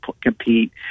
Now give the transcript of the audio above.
compete